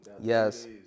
Yes